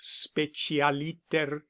specialiter